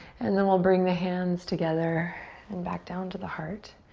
and then we'll bring the hands together and back down to the heart.